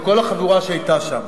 ולכל החבורה שהיתה שם.